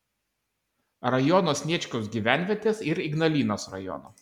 rajono sniečkaus gyvenvietės ir ignalinos rajono